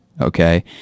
okay